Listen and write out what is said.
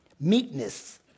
meekness